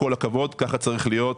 כל הכבוד, ככה צריך להיות.